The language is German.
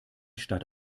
stadt